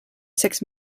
six